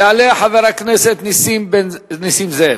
יעלה חבר הכנסת נסים זאב.